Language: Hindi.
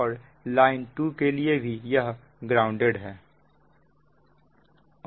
और लाइन 2 के लिए भी यह ग्राउंडेड है